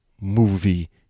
movie